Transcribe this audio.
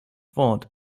ford